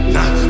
Nah